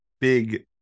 big